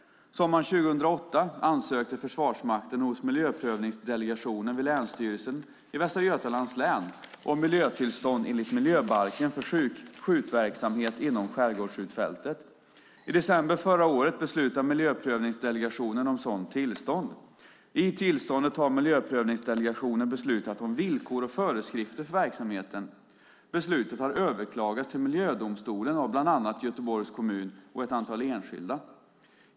Sommaren 2008 ansökte Försvarsmakten hos Miljöprövningsdelegationen vid Länsstyrelsen i Västra Götalands län om miljötillstånd enligt miljöbalken för skjutverksamhet inom skärgårdsskjutfältet. I december förra året beslutade Miljöprövningsdelegationen om sådant tillstånd. I tillståndet har Miljöprövningsdelegationen beslutat om villkor och föreskrifter för verksamheten. Beslutet har överklagats till Miljödomstolen av bland annat Göteborgs kommun och ett antal enskilda.